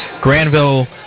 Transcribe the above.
Granville